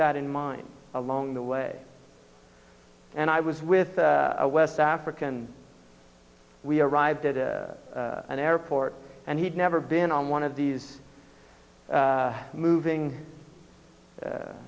that in mind along the way and i was with a west african we arrived at an airport and he'd never been on one of these moving